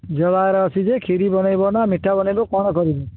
ଝିଅ ବାହାଘର ଅଛି ଯେ ଖିରି ବନେଇବା ନ ମିଠା ବନେଇବ କ'ଣ କରିବ